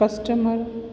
customer